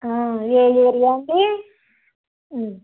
ఏ area అండి